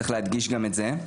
צריך להדגיש גם את זה.